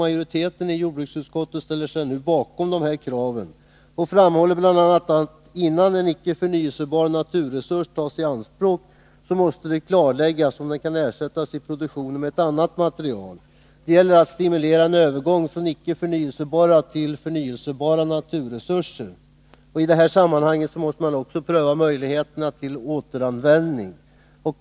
Majoriteten i jordbruksutskottet ställer sig bakom kraven i det här sammanhanget och framhåller bl.a., att innan en icke förnyelsebar naturresurs tas i anspråk, måste det klarläggas om den kan ersättas i produktionen med annat material. Det gäller att stimulera en övergång från icke förnyelsebara till förnyelsebara naturresurser. I det sammanhanget måste man också pröva möjligheterna till återanvändning.